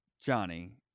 Johnny